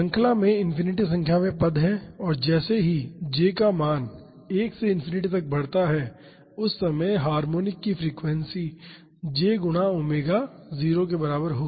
श्रृंखला में इनफिनिटी संख्या में पद हैं और जैसे ही j का मान 1 से इनफिनिटी तक बढ़ता है उस विशेष हार्मोनिक की फ्रीक्वेंसी j गुना ओमेगा 0 के बराबर होगी